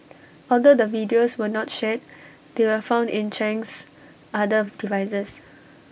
although the videos were not shared they were found in Chang's other devices